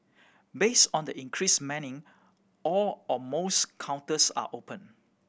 based on the increased manning all or most counters are open